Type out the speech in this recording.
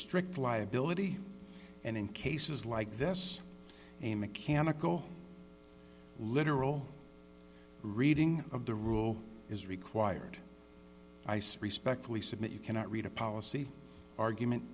strict liability and in cases like this a mechanical literal reading of the rule is required ice respectfully submit you cannot read a policy argument